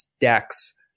decks